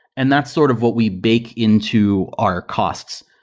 and that's sort of what we bake into our costs.